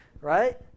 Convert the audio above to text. Right